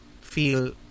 feel